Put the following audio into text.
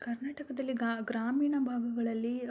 ಕರ್ನಾಟಕದಲ್ಲಿ ಗ್ರಾಮೀಣ ಭಾಗಗಳಲ್ಲಿ